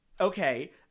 okay